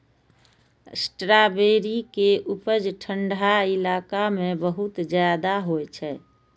strawberry के उपज ठंढा इलाका मे बहुत ज्यादा होइ छै